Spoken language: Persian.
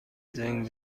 زنگ